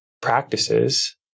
practices